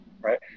right